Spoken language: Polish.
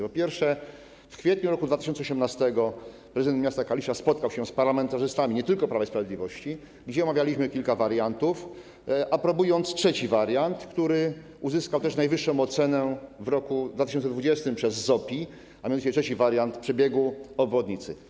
Po pierwsze, w kwietniu roku 2018 prezydent miasta Kalisza spotkał się z parlamentarzystami, nie tylko Prawa i Sprawiedliwości, i omawialiśmy kilka wariantów, zaaprobowaliśmy trzeci wariant, który uzyskał też najwyższą ocenę w roku 2020 przez ZOPI, a mianowicie trzeci wariant przebiegu obwodnicy.